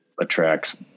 attracts